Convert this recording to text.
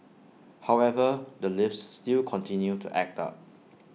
however the lifts still continue to act up